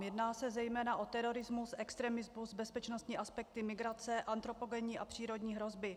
Jedná se zejména o terorismus, extremismus, bezpečnostní aspekty, migraci, antropogenní a přírodní hrozby.